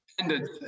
ended